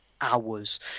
Hours